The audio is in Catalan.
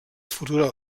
futura